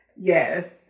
Yes